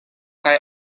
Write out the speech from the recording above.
kaj